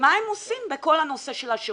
ומה הם עושים בכל הנושא של השירות?